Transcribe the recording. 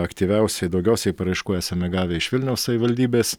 aktyviausiai daugiausiai paraiškų esame gavę iš vilniaus savivaldybės